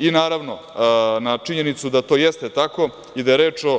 I, naravno, na činjenicu da to jeste tako i da je reč o